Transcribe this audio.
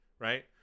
right